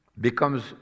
becomes